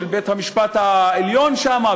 של בית-המשפט העליון שם,